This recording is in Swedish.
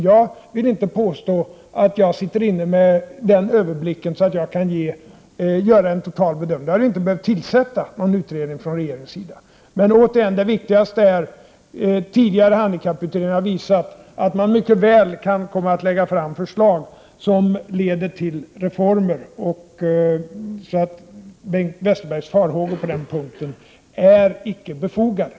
Jag vill inte påstå att jag har en sådan överblick att jag kan göra en total bedömning. Då hade vi ju inte behövt tillsätta någon utredning från regeringens sida. Men återigen: Det viktigaste är att tidigare handikapputredningar har visat att man mycket väl kan komma att lägga fram förslag som leder till reformer. Bengt Westerbergs farhågor på den punkten är således icke befogade.